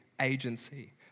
agency